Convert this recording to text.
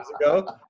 ago